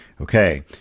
okay